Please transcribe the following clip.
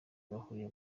bahuriye